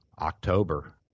October